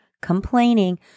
complaining